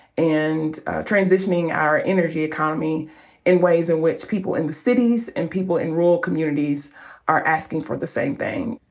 and transitioning our energy economy in ways in which people in the cities and people in rural communities are asking for the same thing.